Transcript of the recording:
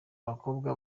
bakobwa